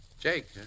Jake